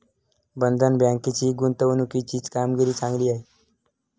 बंधन बँकेची गुंतवणुकीची कामगिरी चांगली आहे